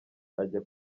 ajya